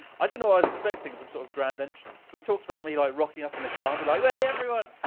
i dunno what i was expecting. some sort of grand entrance. we talked about me like rocking up in the car and be like, hey everyone!